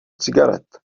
cigaret